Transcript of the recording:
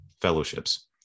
fellowships